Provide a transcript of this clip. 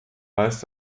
weist